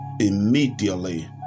immediately